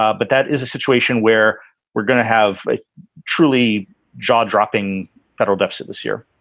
ah but that is a situation where we're going to have a truly jaw dropping federal deficit this year